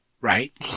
Right